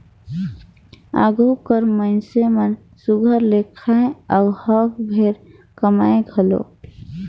आघु कर मइनसे मन सुग्घर ले खाएं अउ हक भेर कमाएं घलो